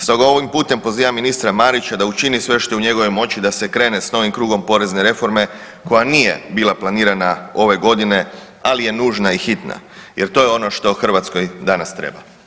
Stoga ovim putem pozivam ministra Marića da učini sve što je u njegovoj moći da se krene s novim krugom porezne reforme koja nije bila planirana ove godine, ali je nužna i hitna jer to je ono što Hrvatskoj danas treba.